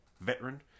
Veteran